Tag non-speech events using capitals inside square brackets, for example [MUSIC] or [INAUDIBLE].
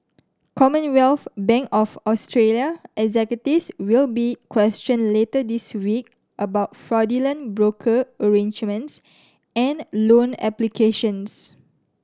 Commonwealth Bank of Australia [UNINTELLIGIBLE] will be questioned later this week about fraudulent broker arrangements and loan applications